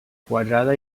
quadrada